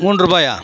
மூன்று ரூபாயா